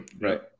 Right